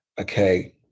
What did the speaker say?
Okay